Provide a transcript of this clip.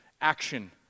action